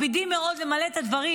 מקפידים מאוד למלא את הדברים,